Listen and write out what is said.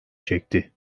çekti